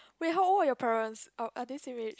wait how old are your parents uh are they same age